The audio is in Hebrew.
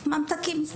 ממתקים.